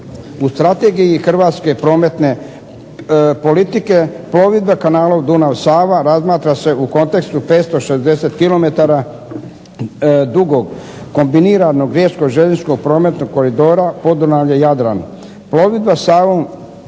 U Strategiji hrvatske prometne politike plovidba Kanalom Dunav-Sava razmatra se u kontekstu 560 km dugog kombiniranog riječno-željezničkog prometnog Koridora Podunavlje-Jadran.